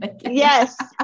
Yes